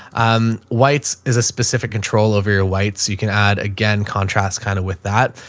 um, whites is a specific control over your whites. you can add, again, contrast kind of with that.